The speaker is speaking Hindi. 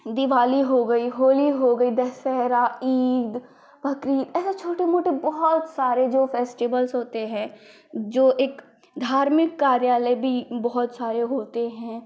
और फिर दिवाली हो गई होली हो गई दशहरा ईद बक़रीद ऐसे छोटे मोटे बहुत सारे जो फ़ेस्टिवल होते हैं जो एक धार्मिक कार्यालय भी बहुत सारे होते हैं